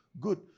good